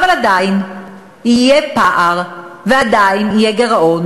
אבל עדיין יהיה פער ועדיין יהיה גירעון